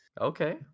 Okay